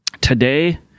today